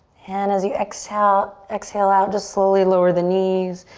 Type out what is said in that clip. and as you exhale exhale out just slowly lower the knees.